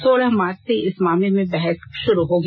सोलह मार्च से इस मामले में बहस शुरू होगी